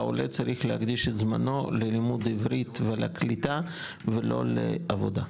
העולה צריך להקדיש את זמנו ללימוד עברית ולקליטה ולא לעבודה.